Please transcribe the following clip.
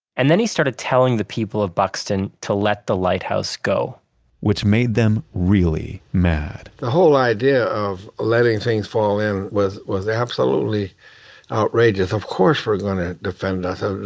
and then he started telling the people of buxton to let the lighthouse go which made them really mad the whole idea of letting things fall in was was absolutely outrageous. of course, we're going to defend ourselves.